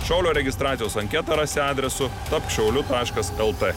šaulio registracijos anketą rasite adresu tapk šauliu taškas lt